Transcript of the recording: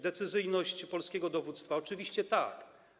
Decyzyjność polskiego dowództwa - oczywiście tak.